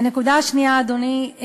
הנקודה השנייה, אדוני.